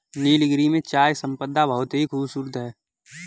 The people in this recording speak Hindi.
नीलगिरी में चाय संपदा बहुत ही खूबसूरत है